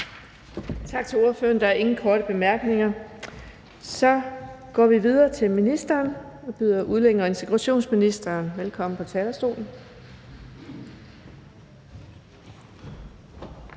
Tak til ordføreren. Der er ingen korte bemærkninger. Vi går videre til udlændinge- og integrationsministeren. Velkommen på talerstolen.